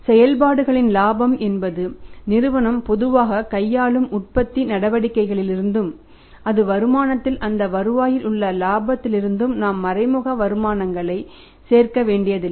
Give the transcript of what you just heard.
செயல்பாடுகளின் இலாபம் என்பது நிறுவனம் பொதுவாக கையாளும் உற்பத்தி நடவடிக்கைகளிலிருந்தும் அந்த வருமானத்தில் அந்த வருவாயில் உள்ள இலாபத்திலிருந்தும் நாம் மறைமுக வருமானங்களை சேர்க்க வேண்டியதில்லை